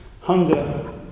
hunger